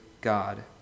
God